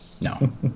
No